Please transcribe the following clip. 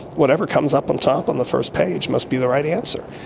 whatever comes up on top on the first page must be the right answer.